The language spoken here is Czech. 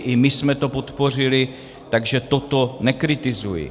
I my jsme to podpořili, takže toto nekritizuji.